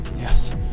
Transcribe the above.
Yes